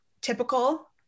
typical